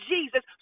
Jesus